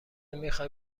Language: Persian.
میخای